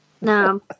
No